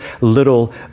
little